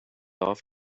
off